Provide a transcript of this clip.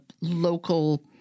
local